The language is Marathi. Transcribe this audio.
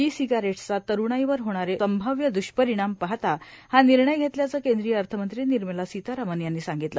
ई सिग्रेट्सचा तरूणाईवर होणारे संभाक्य द्रष्परिणाम पाहता हा विर्णय घेतल्याचं केंद्रीय अर्थमंत्री विर्मला सितारामन यांनी सांगितलं